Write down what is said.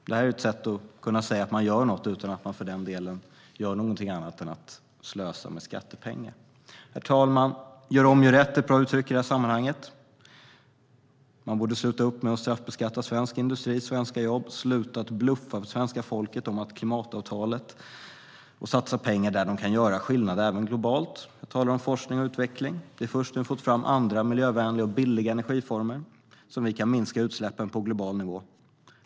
Det är ett sätt att kunna säga att man gör något utan att för den delen göra någonting annat än att slösa med skattepengar. Herr talman! Gör om, gör rätt. Det är ett bra uttryck i det här sammanhanget. Man borde sluta upp med att straffbeskatta svensk industri och svenska jobb, sluta bluffa för svenska folket om klimatavtalet och satsa pengar där de kan göra skillnad även globalt. Jag talar om forskning och utveckling. Det är först när vi fått fram andra miljövänliga och billiga energiformer som vi kan minska utsläppen på global nivå.